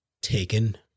taken